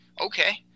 Okay